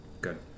Good